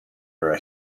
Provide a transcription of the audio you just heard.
her